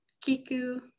Kiku